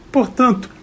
Portanto